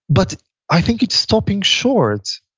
but i think it's stopping short.